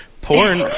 porn